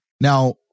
Now